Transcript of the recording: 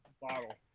bottle